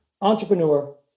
entrepreneur